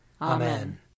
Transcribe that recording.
Amen